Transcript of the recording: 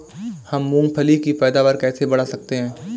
हम मूंगफली की पैदावार कैसे बढ़ा सकते हैं?